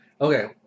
Okay